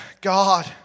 God